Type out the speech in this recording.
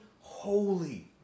holy